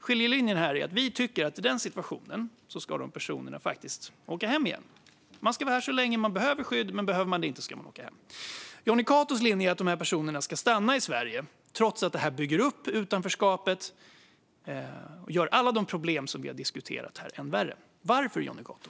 Skiljelinjen är att vi tycker att i denna situation ska personen åka hem igen. Man ska vara här så länge man behöver skydd, men behöver man det inte ska man åka hem. Jonny Catos linje är att dessa personer ska stanna i Sverige trots att detta bygger upp utanförskapet och gör alla de problem vi har diskuterat här än värre. Varför, Jonny Cato?